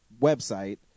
website